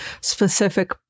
specific